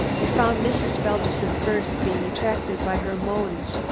we found mrs. felderson first, being attracted by her moans.